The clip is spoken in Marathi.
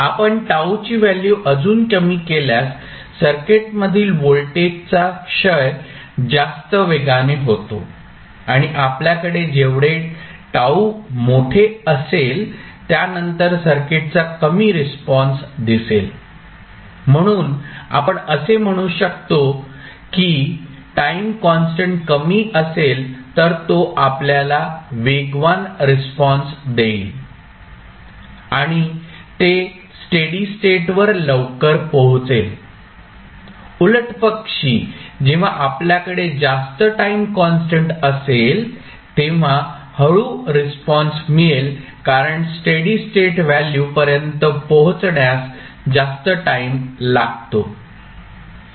आपण τ ची व्हॅल्यू अजुन कमी केल्यास सर्किट मधील व्होल्टेजचा क्षय जास्त वेगाने होतो आणि आपल्याकडे जेवढे τ मोठे असेल त्यानंतर सर्किटचा कमी रिस्पॉन्स दिसेल म्हणून आपण असे म्हणू शकतो की टाईम कॉन्स्टंट कमी असेल तर तो आपल्याला वेगवान रिस्पॉन्स देईल आणि ते स्टेडी स्टेट वर लवकर पोहोचेल उलटपक्षी जेव्हा आपल्याकडे जास्त टाईम कॉन्स्टंट असेल तेव्हा हळू रिस्पॉन्स मिळेल कारण स्टेडी स्टेट व्हॅल्यू पर्यंत पोहोचण्यास जास्त टाईम लागतो